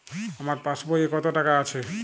আমার পাসবই এ কত টাকা আছে?